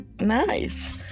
nice